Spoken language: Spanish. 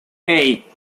hey